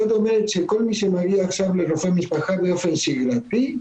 זאת אומרת שכל מי שמגיע עכשיו לרופא משפחה באופן שגרתי,